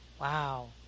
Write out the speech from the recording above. Wow